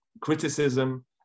criticism